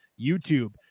YouTube